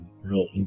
real